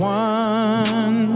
one